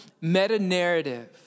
meta-narrative